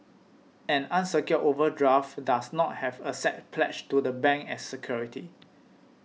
an unsecured overdraft does not have assets pledged to the bank as security